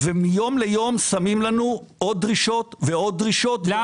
ומיום ליום שמים לנו עוד דרישות ועוד דרישות ועוד דרישות.